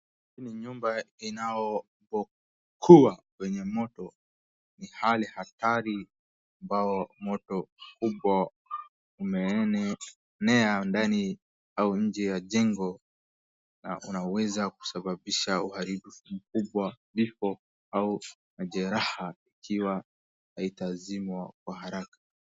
Hii ni nyumba inayokuwa kwenye moto, hii ni hali ya hatari ambapo moto kubwa umeenea ndani au nje ya jengo na unaweza kusababisha uharibifu mkubwa ,vifo au majeraha ikiwa hautazimwa kwa haraka.